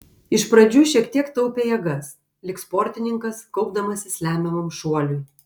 iš pradžių šiek tiek taupė jėgas lyg sportininkas kaupdamasis lemiamam šuoliui